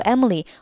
Emily